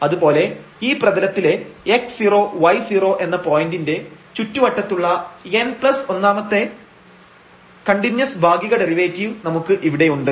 അതുപോലെ ഈ പ്രതലത്തിലെ x0 y0 എന്ന പോയന്റിന്റെ ചുറ്റുവട്ടത്തുള്ള n1 മത്തെ കണ്ടിന്യൂസ് ഭാഗിക വർഗ്ഗ ഡെറിവേറ്റീവ് നമുക്ക് ഇവിടെ ഉണ്ട്